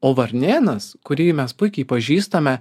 o varnėnas kurį mes puikiai pažįstame